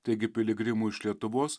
taigi piligrimų iš lietuvos